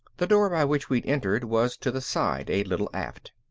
the door by which we'd entered was to the side, a little aft.